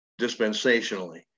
dispensationally